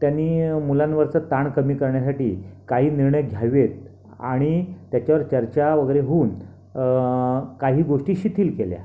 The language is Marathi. त्यांनी मुलांवरचा ताण कमी करण्यासाठी काही निर्णय घ्यावेत आणि त्याच्यावर चर्चा वगैरे होऊन काही गोष्टी शिथील केल्या